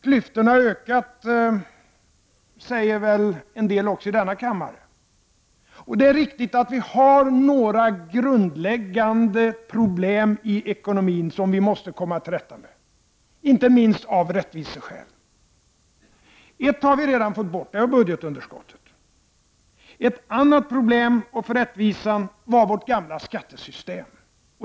Klyftorna har ökat, säger också en del i denna kammare. Det är riktigt att vi har några grundläggande problem i ekonomin, som vi måste komma till rätta med, inte minst av rättviseskäl. Ett problem har vi redan fått bort, det var budgetunderskottet. Ett annat, ett rättviseproblem, var vårt gamla skattesystem.